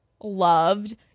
loved